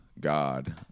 God